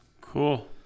Cool